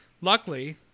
Luckily